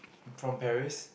from Paris